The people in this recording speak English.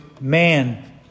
man